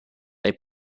they